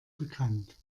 bekannt